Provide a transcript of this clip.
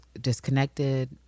disconnected